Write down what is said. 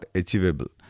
achievable